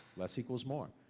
less equals more.